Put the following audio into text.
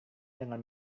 dengan